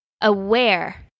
aware